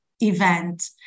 event